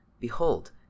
behold